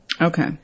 Okay